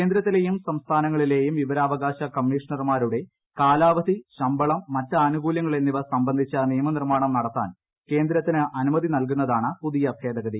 കേന്ദ്രത്തിലെയും സംസ്ഥാനങ്ങളിലെയും വിവരാവകാശ കമ്മീഷണർമാരുടെ കാലാവധി ശമ്പളം മറ്റാനുകൂല്യങ്ങൾ എന്നിവ സംബന്ധിച്ച് നിയമ നിർമ്മാണം നടത്താൻ കേന്ദ്രത്തിന് അനുമതി നൽകുന്നതാണ് പുതിയ ഭേദഗതി